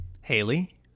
Haley